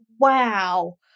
wow